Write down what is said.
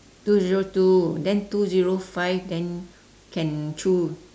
two zero two then two zero five then can choose